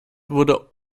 wurde